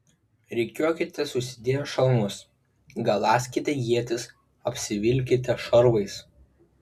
rikiuokitės užsidėję šalmus galąskite ietis apsivilkite šarvais